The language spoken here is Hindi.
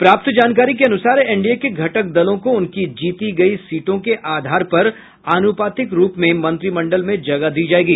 प्राप्त जानकारी के अनुसार एनडीए के घटक दलों को उनकी जीती गयी सीटों के आधार पर अनुपातिक रूप में मंत्रिमंडल में जगह दी जायेगी